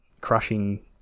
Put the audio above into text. crushing